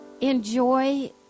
enjoy